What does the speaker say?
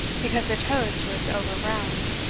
because the toast was over-browned.